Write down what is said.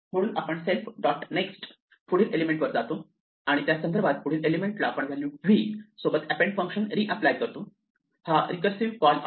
म्हणून आपण self dot next पुढील एलिमेंट वर जातो आणि त्यासंदर्भात पुढील एलिमेंट ला आपण व्हॅल्यू v सोबत एपेंड फंक्शन रिअप्लाय करतो हा रिकर्सिव कॉल आहे